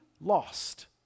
lost